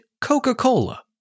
Coca-Cola